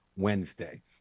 Wednesday